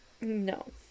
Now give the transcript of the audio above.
No